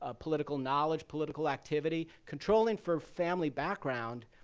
ah political knowledge, political activity. controlling for family background,